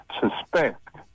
suspect